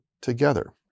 together